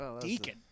Deacon